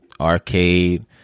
arcade